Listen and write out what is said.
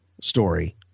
story